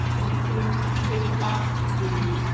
we seem to take up the.